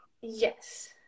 Yes